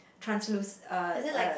transluc~ uh uh